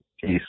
Peace